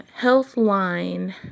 Healthline